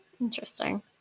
Interesting